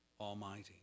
Almighty